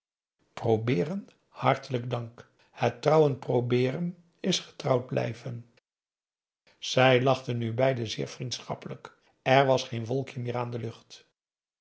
probeeren hartelijk dank het trouwen probeeren is getrouwd blijven p a daum hoe hij raad van indië werd onder ps maurits zij lachten nu beiden zeer vriendschappelijk er was geen wolkje meer aan de lucht